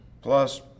Plus